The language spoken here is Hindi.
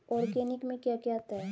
ऑर्गेनिक में क्या क्या आता है?